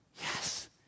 Yes